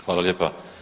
Hvala lijepa.